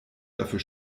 dafür